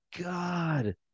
God